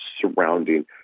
surrounding